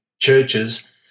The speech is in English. churches